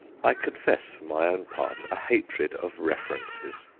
i confess, for my own part, a hatred of references.